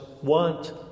want